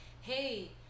hey